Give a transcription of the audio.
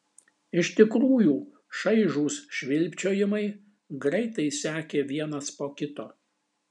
iš tikrųjų šaižūs švilpčiojimai greitai sekė vienas po kito